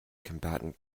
combatant